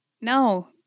No